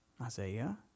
Isaiah